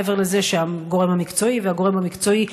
מעבר לזה שהגורם המקצועי והגורם המקצועי,